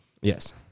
Yes